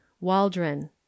Waldron